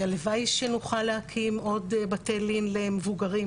הלוואי שנוכל להקים עוד בתי לין למבוגרים,